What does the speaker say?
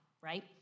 right